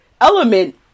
Element